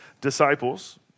disciples